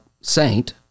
saint